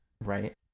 Right